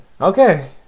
okay